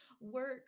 work